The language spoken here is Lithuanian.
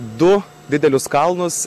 du didelius kalnus